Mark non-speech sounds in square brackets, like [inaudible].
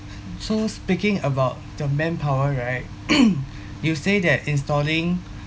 so speaking about the manpower right [noise] you say that installing